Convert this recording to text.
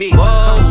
whoa